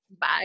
Bye